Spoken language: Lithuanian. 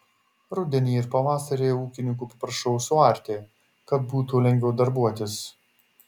rudenį ir pavasarį ūkininkų paprašau suarti kad būtų lengviau darbuotis